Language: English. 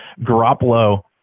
Garoppolo